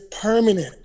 permanent